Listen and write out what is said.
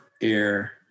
air